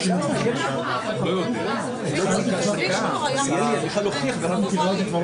הליך נפרד וחשיבותו